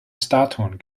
statuen